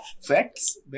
Facts